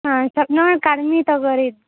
ಹಾಂ ಸ್ವಲ್ಪ ನೋಡಿ ಕಡ್ಮೆ ತಗೊಳ್ರೀ